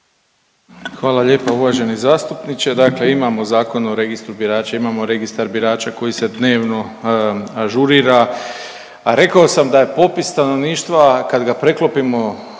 Hvala lijepa uvaženi zastupniče, dakle imamo Zakon o registru birača, imamo Registar birača koji se dnevno ažurira, a rekao sam da je popis stanovništva kad ga preklopimo